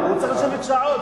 הוא צריך לשבת שעות,